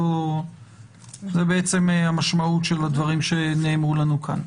זו בעצם המשמעות של הדברים שנאמרו לנו כאן.